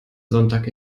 sonntag